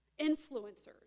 influencers